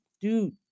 Dude